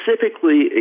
specifically